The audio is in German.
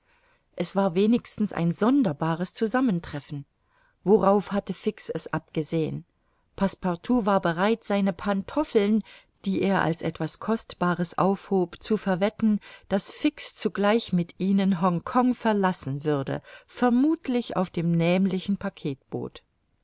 es war wenigstens ein sonderbares zusammentreffen worauf hatte fix es abgesehen passepartout war bereit seine pantoffeln die er als etwas kostbares aufhob zu verwetten daß fix zugleich mit ihnen hongkong verlassen würde vermuthlich auf dem nämlichen packetboot er